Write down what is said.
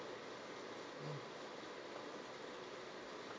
mm